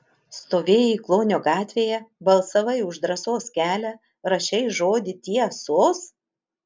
stovėjai klonio gatvėje balsavai už drąsos kelią rašei žodį tie sos